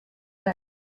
less